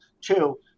Two